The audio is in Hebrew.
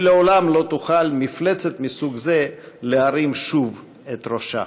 שלעולם לא תוכל מפלצת מסוג זה להרים שוב את ראשה.